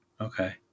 Okay